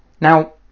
Now